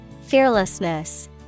Fearlessness